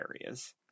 areas